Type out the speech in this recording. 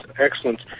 excellent